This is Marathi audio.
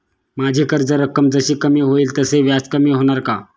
माझी कर्ज रक्कम जशी कमी होईल तसे व्याज कमी होणार का?